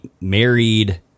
married